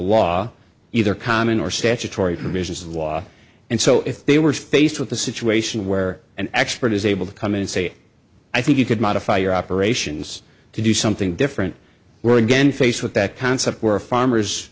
law either common or statutory provisions of the law and so if they were faced with a situation where an expert is able to come in and say i think you could modify your operations to do something different we're again faced with that concept were farmers